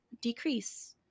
decrease